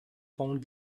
found